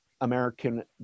American